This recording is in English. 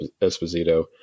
Esposito